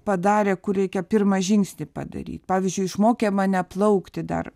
padarė kur reikia pirmą žingsnį padaryt pavyzdžiui išmokė mane plaukti dar